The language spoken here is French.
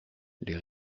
les